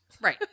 Right